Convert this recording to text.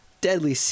deadly